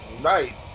right